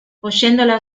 oyéndola